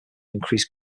increased